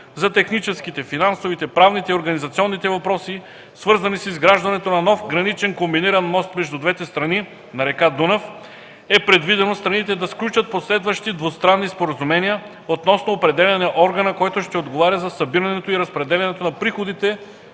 за техническите, финансовите, правните и организационните въпроси, свързани с изграждането на нов граничен комбиниран мост между двете страни на река Дунав, е предвидено страните да сключат последващи двустранни споразумения относно определяне органа, който ще отговаря за събирането и разпределянето на приходите